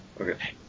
Okay